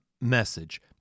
message